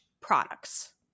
products